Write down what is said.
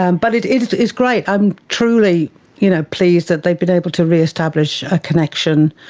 um but it it is great, i'm truly you know pleased that they've been able to re-establish a connection,